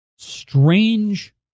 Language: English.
strange